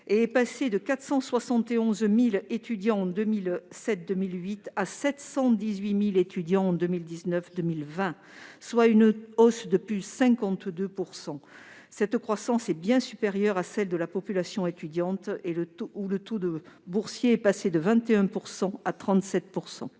Il est passé de 471 000 étudiants en 2007-2008 à 718 000 étudiants en 2019-2020, soit une hausse de 52 %. Cette croissance est supérieure à celle de la population étudiante, où le taux de boursiers est passé de 21 % à 37 %.